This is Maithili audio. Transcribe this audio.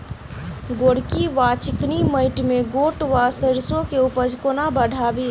गोरकी वा चिकनी मैंट मे गोट वा सैरसो केँ उपज कोना बढ़ाबी?